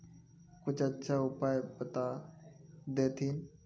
कुछ अच्छा उपाय बता देतहिन?